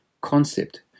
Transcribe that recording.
concept